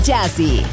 Jazzy